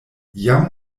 jam